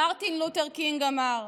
מרטין לותר קינג אמר: